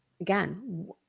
again